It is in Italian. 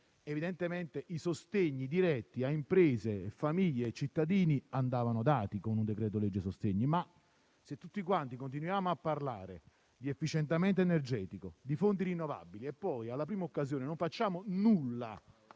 evidentemente i sostegni diretti a imprese, famiglie e cittadini andavano dati con un decreto-legge cosiddetto sostegni; ma se tutti quanti continuiamo a parlare di efficientamento energetico, di fonti rinnovabili e poi, alla prima occasione, non facciamo